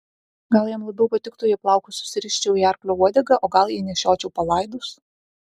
gal jam labiau patiktų jei plaukus susiriščiau į arklio uodegą o gal jei nešiočiau palaidus